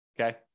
Okay